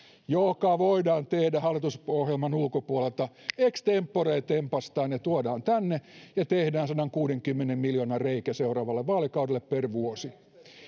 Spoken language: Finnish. joka voidaan tehdä hallitusohjelman ulkopuolelta ex tempore tempaistaan ja tuodaan tänne ja tehdään sadankuudenkymmenen miljoonan reikä seuraavalle vaalikaudelle per vuosi